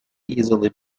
easily